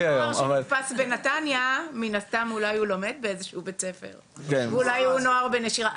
שנתפס בנתניה אולי הוא לומד באיזשהו בית ספר ואולי הוא נוער בנשירה,